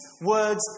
words